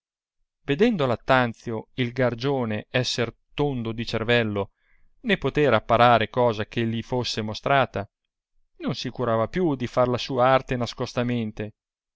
vedendo lattanzio il gargione esser tondo di cervello né poter apparare cosa che li fosse mostrata non si curava più di far la sua arte